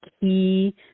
key